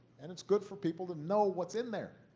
and it's good for people to know what's in there.